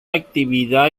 actividad